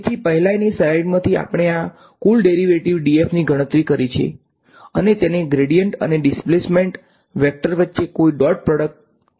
તેથી પહેલાની સ્લાઇડમાંથી આપણે આ કુલ ડેરિવેટિવ df ની ગણતરી કરી છે અને તેને ગ્રેડીયન્ટ અને ડિસ્પ્લેસમેન્ટ વેક્ટર વચ્ચે કોઈ ડોટ પ્રોડક્ટ તરીકે લખ્યું છે